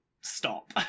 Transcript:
stop